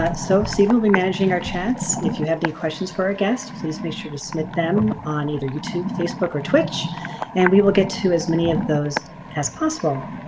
um so stephen will be managing our chats. if you have any questions for our guests please make sure to submit them on either youtube facebook or twitch and we will get to as many of those as possible.